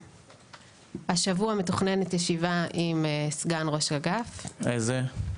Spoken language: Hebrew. השבוע מתוכננת ישיבה עם סגן ראש אגף --- איזה?